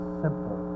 simple